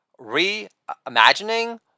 Reimagining